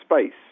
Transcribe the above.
space